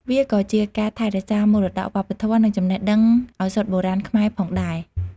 វាក៏ជាការថែរក្សាមរតកវប្បធម៌ និងចំណេះដឹងឱសថបុរាណខ្មែរផងដែរ។